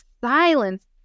silence